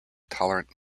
tolerant